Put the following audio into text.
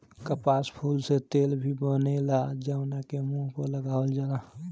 कपास फूल से तेल भी बनेला जवना के मुंह पर लगावल जाला